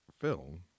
film